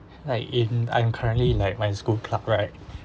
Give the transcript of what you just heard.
like in I'm currently like my school club right